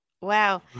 Wow